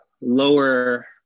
lower